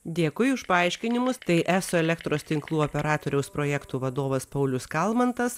dėkui už paaiškinimus tai eso elektros tinklų operatoriaus projektų vadovas paulius kalmantas